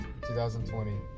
2020